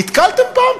נתקלתם פעם,